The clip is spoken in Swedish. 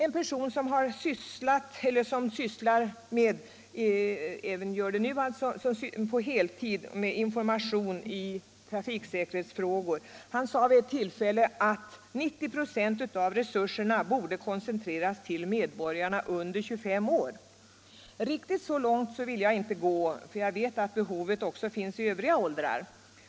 En person som på heltid sysslar med information i trafiksäkerhetsfrågor sade vid ett tillfälle att 90 96 av resurserna borde koncentreras till medborgarna under 25 år. Riktigt så långt vill inte jag gå, för jag vet att behovet av utbildning också finns i andra åldrar.